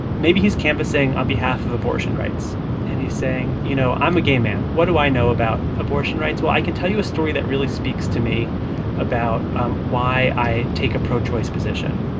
maybe he's canvassing on behalf of abortion rights and he's saying, you know, i'm a gay man what do i know about abortion rights? well, i can tell you a story that really speaks to me about um why i take a pro-choice position.